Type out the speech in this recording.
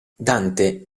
dante